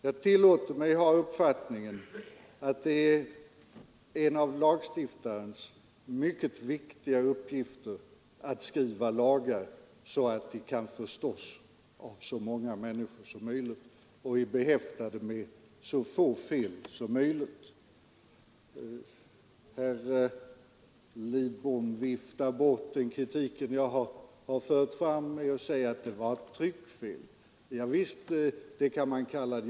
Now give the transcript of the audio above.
Jag tillåter mig emellertid ha den uppfattningen att det är en av lagstiftarens mycket viktiga uppgifter att skriva lagar så att de kan förstås av så många människor som möjligt och är behäftade med så få fel som möjligt. Herr Lidbom viftar bort den kritik jag har fört fram med att säga att det var fråga om ett tryckfel. Javisst, det kan man kalla det.